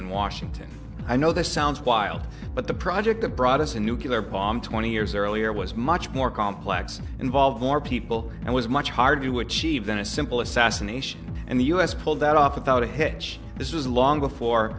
in washington i know this sounds wild but the project that brought us a nucular bomb twenty years earlier was much more complex involve more people and was much harder to achieve than a simple assassination and the us pulled that off without a hitch this was long before